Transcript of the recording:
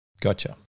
gotcha